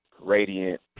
radiant